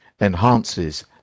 enhances